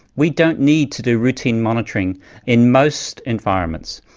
we don't need to do routine monitoring in most environments.